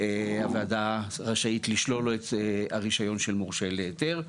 הוועדה רשאית לשלול לו את הרישיון של מורשה להיתר.